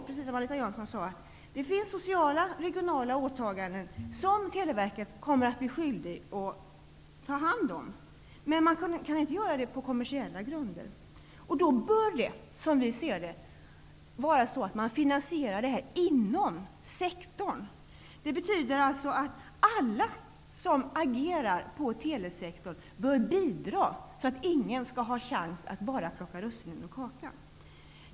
Precis som Anita Jönsson sade finns det sociala och regionala åtaganden som Televerket kommer att bli skyldigt att sköta. Men man kan inte göra det på kommersiella grunder. Därför bör det, som vi ser saken, vara så att detta finansieras inom sektorn. Det betyder att alla som agerar inom telesektorn bör bidra. Ingen skall ha en chans att bara plocka russinen ur kakan.